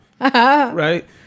Right